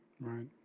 Right